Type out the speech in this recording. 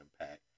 impact